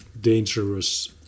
dangerous